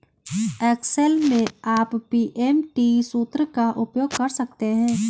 Excel में आप PMT सूत्र का उपयोग कर सकते हैं